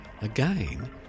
Again